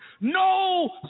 No